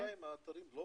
אבל בינתיים האתרים לא